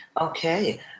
Okay